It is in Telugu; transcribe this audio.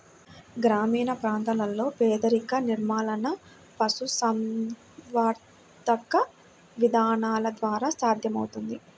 గ్రామీణ ప్రాంతాలలో పేదరిక నిర్మూలన పశుసంవర్ధక విధానాల ద్వారా సాధ్యమవుతుంది